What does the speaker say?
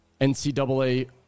NCAA